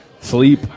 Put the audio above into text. Sleep